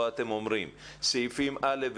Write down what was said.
או שאתם אומרים את סעיפים א',